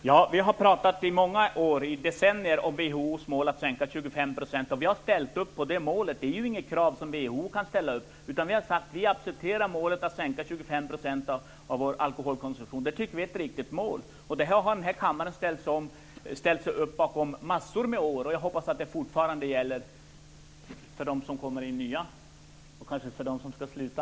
Herr talman! Vi har i decennier talat om WHO:s mål att sänka konsumtionen med 25 %, och vi har ställt oss bakom det. Det är inte ett krav som kan ställas från WHO, utan vi har sagt att vi accepterar målsättningen att sänka den svenska alkoholkonsumtionen med 25 %. Vi tycker att det är ett riktigt mål, och kammaren har i många år ställt sig bakom det. Jag hoppas att det fortfarande gäller, både för nya ledamöter som kommer in och kanske för sådana som skall sluta.